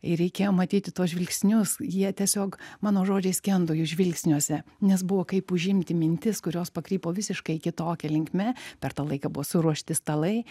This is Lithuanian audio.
ir reikėjo matyti tuos žvilgsnius jie tiesiog mano žodžiai skendo jų žvilgsniuose nes buvo kaip užimti mintis kurios pakrypo visiškai kitokia linkme per tą laiką buvo suruošti stalai